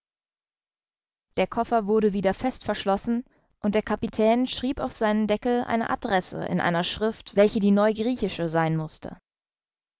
der koffer wurde wieder fest verschlossen und der kapitän schrieb auf seinen deckel eine adresse in einer schrift welche die neugriechische sein mußte